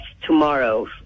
tomorrow